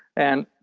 and